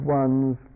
one's